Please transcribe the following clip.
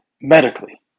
medically